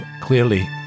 clearly